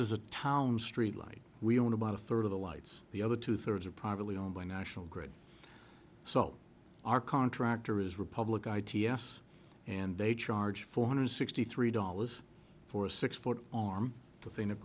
is a town street light we own about a third of the lights the other two thirds are privately owned by national grid so our contractor is republic i t s and they charge four hundred sixty three dollars for a six foot arm thing that